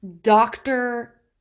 doctor